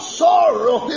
sorrow